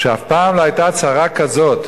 שאף פעם לא היתה צרה כזאת,